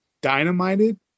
dynamited